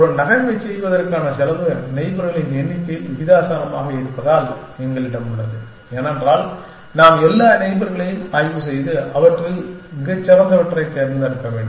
ஒரு நகர்வைச் செய்வதற்கான செலவு நெய்பர்களின் எண்ணிக்கையில் விகிதாசாரமாக இருப்பதால் எங்களிடம் உள்ளது ஏனென்றால் நாம் எல்லா நெய்பர்களையும் ஆய்வு செய்து அவற்றில் மிகச் சிறந்தவற்றைத் தேர்ந்தெடுக்க வேண்டும்